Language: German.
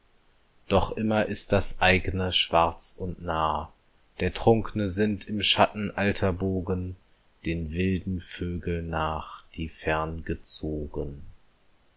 doch immer ist das eigne schwarz und nah der trunkne sinnt im schatten alter bogen den wilden vögeln nach die